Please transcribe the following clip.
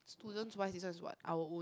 students wise this one is what our own